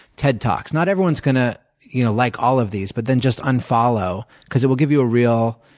ted talks. not everyone's going to you know like all of these but then just unfollow. because it will give you a real